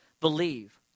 believe